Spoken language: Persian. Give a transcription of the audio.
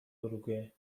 اوروگوئه